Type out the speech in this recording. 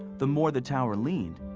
the more the tower leaned,